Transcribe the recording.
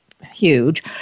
huge